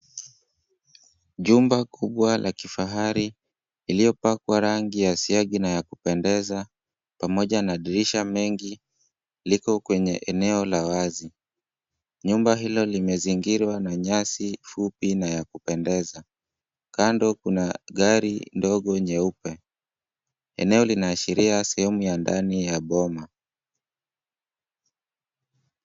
Jumba kubwa la kifahari iliyopakwa rangi ya siagi na yakupendeza pamoja na dirisha mengi liko kwenye eneo la wazi. Nyumba hilo limezingirwa na nyasi fupi na ya kupendeza. Kando kuna gari ndogo nyeupe. Eneo linaashiria sehemu ya ndani ya bona.